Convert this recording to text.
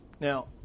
Now